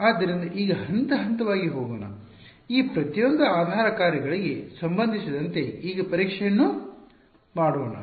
ಆದ್ದರಿಂದ ಈಗ ಹಂತ ಹಂತವಾಗಿ ಹೋಗೋಣ ಈ ಪ್ರತಿಯೊಂದು ಆಧಾರ ಕಾರ್ಯಗಳಿಗೆ ಸಂಬಂಧಿಸಿದಂತೆ ಈಗ ಪರೀಕ್ಷೆಯನ್ನು ಮಾಡೋಣ